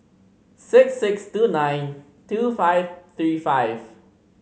six six two nine two five three five